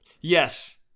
Yes